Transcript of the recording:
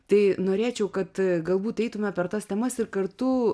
tai norėčiau kad galbūt eitume per tas temas ir kartu